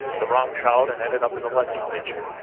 the wrong child and ended up in the legislature.